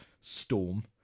Storm